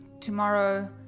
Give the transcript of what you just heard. tomorrow